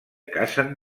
cacen